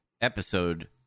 episode